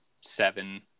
seven